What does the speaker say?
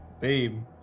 babe